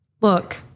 look